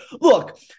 Look